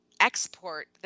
export